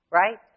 right